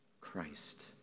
Christ